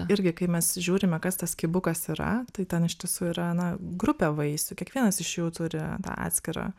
irgi kai mes žiūrime kas tas kibukas yra tai ten iš tiesų yra na grupė vaisių kiekvienas iš jų turi tą atskirą